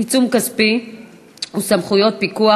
עיצום כספי וסמכויות פיקוח),